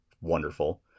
wonderful